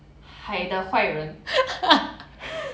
海的坏人